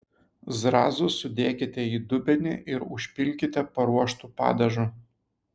zrazus sudėkite į dubenį ir užpilkite paruoštu padažu